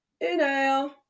inhale